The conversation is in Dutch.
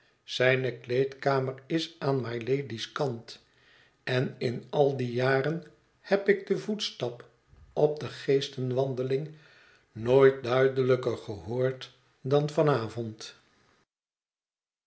zijne kleedkamer is aan mylady's kant en in al die jaren heb ik den voetstap op de geestenwandeling nooit duidelijker gehoord dan